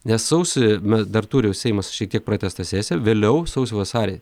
nes sausį m dar turi seimas šiek tiek pratęstą sesiją vėliau sausį vasarį